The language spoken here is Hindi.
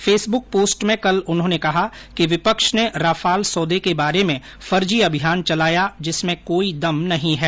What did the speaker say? फेसबुक पोस्ट में कल उन्होंने कहा कि विपक्ष ने राफाल सौदे के बारे में फर्जी अभियान चलाया जिसमें कोई दम नही है